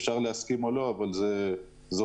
אפשר להסכים או לא, אבל זאת תפיסתי.